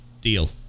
deal